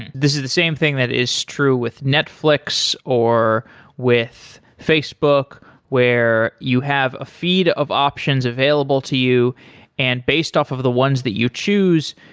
this is the same thing that is true with netflix or with facebook where you have a feed of options available to you and based off of the ones that you choose,